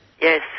Yes